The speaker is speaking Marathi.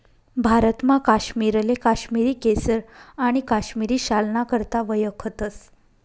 भारतमा काश्मीरले काश्मिरी केसर आणि काश्मिरी शालना करता वयखतस